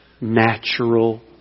natural